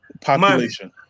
population